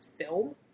film